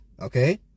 okay